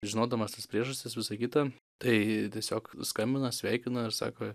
žinodamas tas priežastis visa kita tai tiesiog skambina sveikina ir sako